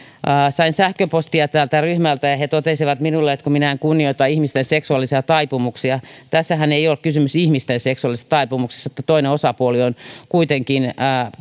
sain sähköpostia tältä ryhmältä ja he totesivat minulle että minä en kunnioita ihmisten seksuaalisia taipumuksia tässähän ei ole kysymys ihmisten seksuaalisista taipumuksista toinen osapuoli on kuitenkin